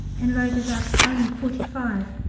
and loaded up only forty-five,